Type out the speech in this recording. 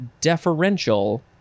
deferential